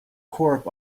corp